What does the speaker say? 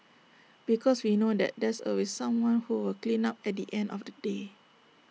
because we know that there's always someone who will clean up at the end of the day